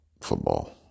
football